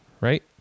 right